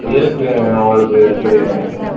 இருக்குதுங்க உங்களுக்கு எப்படி வேணும்